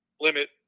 limit